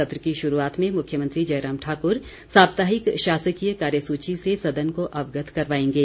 सत्र की शुरूआत में मुख्यमंत्री जयराम ठाकुर साप्ताहिक शासकीय कार्यसूची से सदन को अवगत करवाएंगे